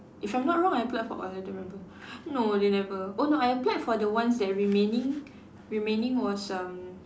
if I'm not wrong I applied for all I don't remember no they never oh no I applied for the ones that remaining remaining was um